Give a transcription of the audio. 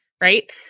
right